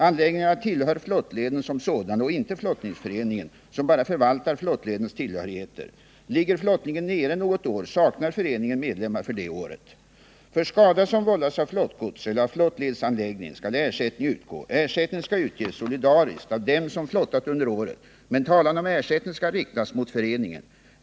Anläggningarna tillhör flottleden som sådan och inte flottningsföreningen som bara förvaltar flottledens tillhörigheter. Ligger flottningen nere något år, saknar föreningen medlemmar för det året. För skada som vållas av flottgods eller av flottledsanläggning skall ersättning utgå. Ersättningen skall utges solidariskt av dem som flottat under året, men talan om ersättning skall riktas mot föreningen.